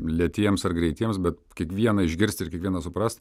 lėtiems ar greitiems bet kiekvieną išgirsti ir kiekvieną suprast